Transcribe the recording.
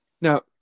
Now